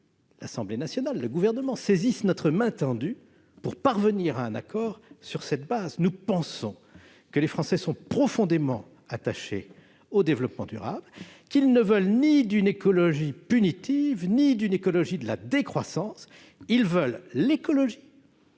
l'Assemblée nationale et le Gouvernement saisissent la main que nous leur tendons, en vue de parvenir à un accord sur cette base. Nous pensons que les Français sont profondément attachés au développement durable, qu'ils ne veulent ni d'une écologie punitive ni d'une écologie de la décroissance. Ils veulent à la fois